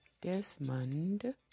Desmond